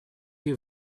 you